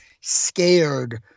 Scared